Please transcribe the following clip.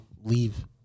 Leave